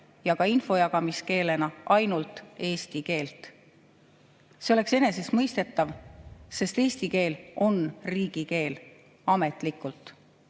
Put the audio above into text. ja infojagamiskeelena ainult eesti keelt. See oleks enesestmõistetav, sest eesti keel on riigikeel, ametlikult.